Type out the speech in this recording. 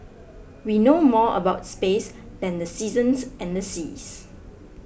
we know more about space than the seasons and the seas